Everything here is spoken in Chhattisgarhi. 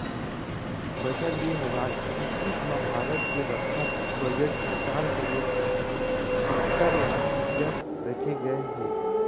बछर दू हजार इक्कीस म भारत के रक्छा बजट म चार करोड़ अठत्तर लाख रूपया रखे गए हे